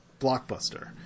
Blockbuster